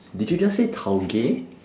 did you just say tau gay